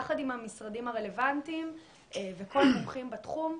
יחד עם המשרדים הרלוונטיים וכל המומחים בתחום,